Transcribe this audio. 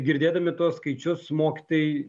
girdėdami tuos skaičius mokytojai